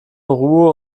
ruhe